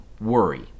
worry